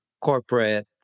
corporate